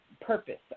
purpose